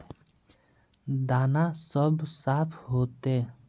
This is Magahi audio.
दाना सब साफ होते?